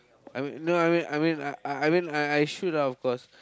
I mean no I mean I mean I I mean I I should of course